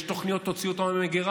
יש תוכניות, תוציא אותן מהמגירה.